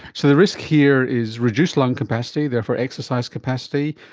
so the risk here is reduced lung capacity, therefore exercise capacity,